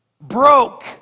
broke